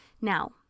Now